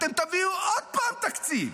אתם תביאו עוד פעם תקציב,